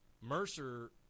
Mercer